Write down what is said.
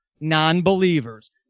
non-believers